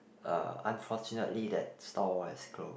uh unfortunately that stall has closed